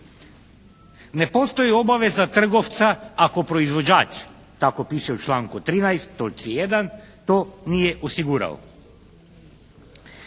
Ne postoji obaveza trgovca ako proizvođač, tako piše u članku 13. točci 1. to nije osigurao.